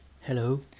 Hello